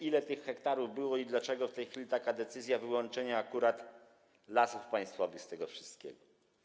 Ile tych hektarów było i dlaczego w tej chwili jest decyzja wyłączenia akurat Lasów Państwowych z tego wszystkiego.